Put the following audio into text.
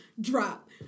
drop